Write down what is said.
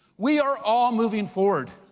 we are all moving forward.